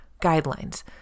guidelines